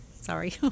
Sorry